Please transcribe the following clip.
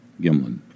Gimlin